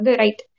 right